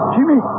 Jimmy